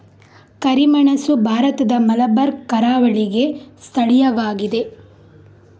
ಕರಿಮೆಣಸು ಭಾರತದ ಮಲಬಾರ್ ಕರಾವಳಿಗೆ ಸ್ಥಳೀಯವಾಗಿದೆ